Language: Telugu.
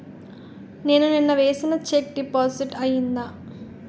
నేను నిన్న వేసిన చెక్ డిపాజిట్ అయిందా?